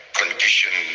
condition